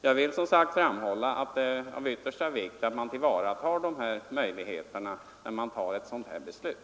Jag vill framhålla att det är av yttersta vikt att de här möjligheterna beaktas vid fattandet av ett sådant här beslut.